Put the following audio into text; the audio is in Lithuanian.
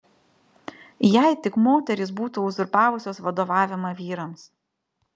jei tik moterys būtų uzurpavusios vadovavimą vyrams